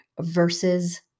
versus